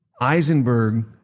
Eisenberg